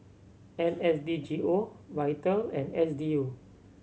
N S D G O Vital and S D U